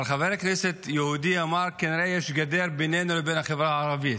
אבל חבר כנסת יהודי אמר שכנראה יש גדר בינינו לבין החברה הערבית.